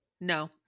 No